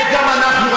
וגם אנחנו,